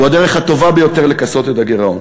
והוא הדרך הטובה ביותר לכסות את הגירעון.